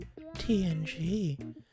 TNG